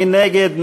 מי נגד?